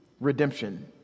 redemption